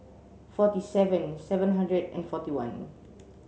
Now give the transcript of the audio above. forty seven seven hundred and forty one